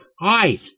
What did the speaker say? Hi